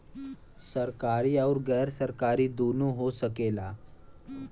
सरकारी आउर गैर सरकारी दुन्नो हो सकेला